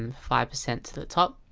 um five percent to the top